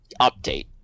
update